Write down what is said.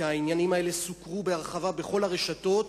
כי העניינים האלה סוקרו בהרחבה בכל הרשתות,